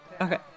okay